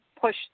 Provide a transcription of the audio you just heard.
push